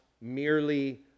merely